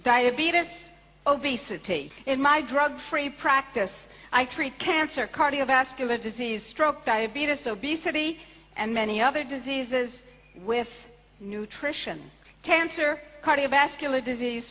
diabetes obesity in my drug free practice i treat cancer cardiovascular disease stroke diabetes obesity and many other diseases with nutrition cancer cardiovascular disease